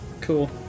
Cool